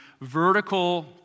vertical